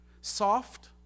soft